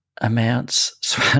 amounts